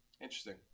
interesting